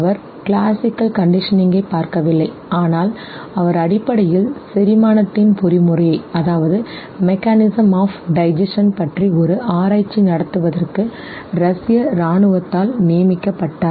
அவர் classical கண்டிஷனிங்கைப் பார்க்கவில்லை ஆனால் அவர் அடிப்படையில் செரிமானத்தின் பொறிமுறையைப் பற்றி ஒரு ஆராய்ச்சி நடத்துவதற்கு ரஷ்ய இராணுவத்தால் நியமிக்கப்பட்டார்